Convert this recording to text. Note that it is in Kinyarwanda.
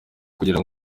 kugira